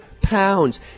pounds